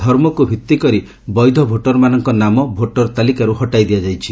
ଧର୍ମକୁ ଭିଭିକରି ବୈଧ ଭୋଟର ନାମଙ୍କ ନାମ ଭୋଟର ତାଲିକାରୁ ହଟାଇ ଦିଆଯାଇଛି